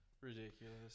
Ridiculous